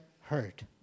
hurt